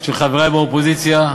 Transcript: של חברי מהאופוזיציה.